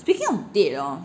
speaking of date hor